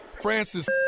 Francis